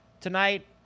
tonight